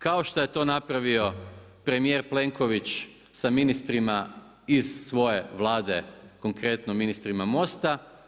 Kao što je to napravio premjer Plenković sa ministrima iz svoje Vlade, konkretno ministrima Mosta.